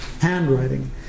handwriting